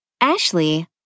Ashley